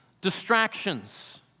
Distractions